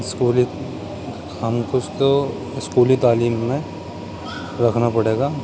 اسکولی ہم کچھ تو اسکولی تعلیم میں رکھنا پڑے گا